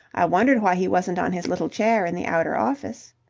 i wondered why he wasn't on his little chair in the outer office.